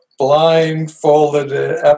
blindfolded